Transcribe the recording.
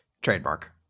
Trademark